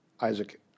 Isaac